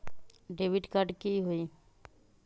Debit card की होई?